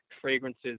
fragrances